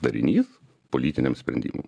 darinys politiniam sprendimui